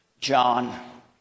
John